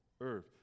earth